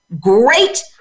great